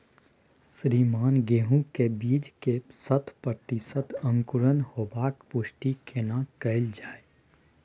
श्रीमान गेहूं के बीज के शत प्रतिसत अंकुरण होबाक पुष्टि केना कैल जाय?